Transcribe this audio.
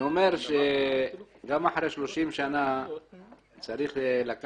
גם אחרי 30 שנה צריך לא רק